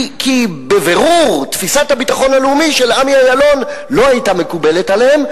כי בבירור תפיסת הביטחון הלאומי של עמי אילון לא היתה מקובלת עליהם.